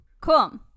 cool